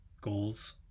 goals